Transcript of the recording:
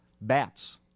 bats